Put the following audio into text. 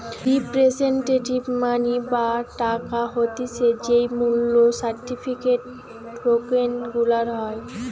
representative money বা টাকা হতিছে যেই মূল্য সার্টিফিকেট, টোকেন গুলার হয়